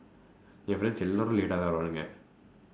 என்:en friends எல்லோரும்:eloorum late-aa தான் வருவானுங்க:thaan varuvaanungka